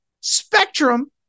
Spectrum